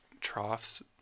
troughs